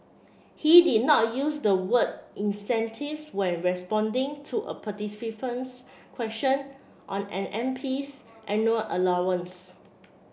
he did not use the word incentives when responding to a participant's question on an MP's annual allowance